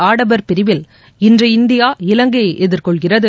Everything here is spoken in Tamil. ஆடவர் பிரிவில் இன்று இந்தியா இலங்கையை எதிர்கொள்கிறது